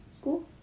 school